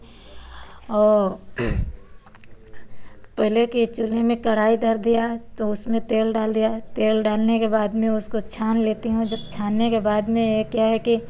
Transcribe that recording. पहले के चूल्हे में कढ़ाई धर दिया तो उसमें तेल डाल दिया तेल डालने के बाद में उसको छान लेती हूँ जब छानने के बाद में यह क्या है कि